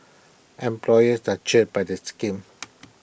employers are cheered by the schemes